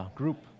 group